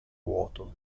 vuoto